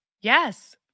Yes